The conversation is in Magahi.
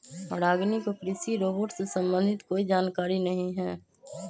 रागिनी को कृषि रोबोट से संबंधित कोई जानकारी नहीं है